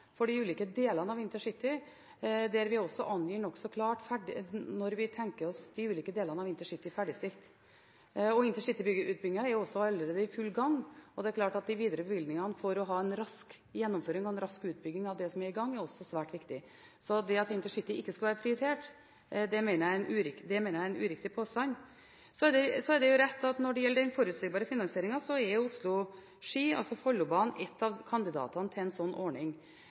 for de ulike delene av intercityutbyggingen, der vi også angir nokså klart når vi tenker oss de ulike delene av denne ferdigstilt. Intercityutbyggingen er allerede i full gang. De videre bevilgningene for å få en rask gjennomføring og en rask utbygging av det som er i gang, er også svært viktig. Det at intercityutbygging ikke skal være prioritert, mener jeg er en uriktig påstand. Det er rett at når det gjelder den forutsigbare finansieringen, er Oslo–Ski, altså Follobanen, en av kandidatene til en slik ordning.